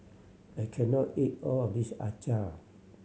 I can not eat all of this acar